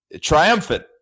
triumphant